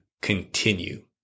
continue